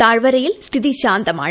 താഴ്വരയിൽ സ്ഥിതി ശാന്തമാണ്